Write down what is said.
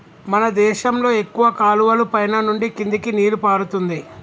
మన దేశంలో ఎక్కువ కాలువలు పైన నుండి కిందకి నీరు పారుతుంది